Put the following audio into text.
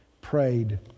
prayed